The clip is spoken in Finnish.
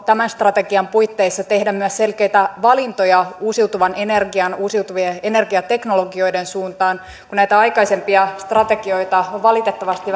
tämän strategian puitteissa tehdä myös selkeitä valintoja uusiutuvan energian uusiutuvien energiateknologioiden suuntaan näitä aikaisempia strategioita on valitettavasti